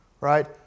Right